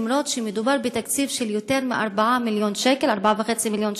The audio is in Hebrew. אפילו שמדובר בתקציב של יותר מ-4.5 מיליון שקל,